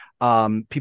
People